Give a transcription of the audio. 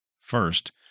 First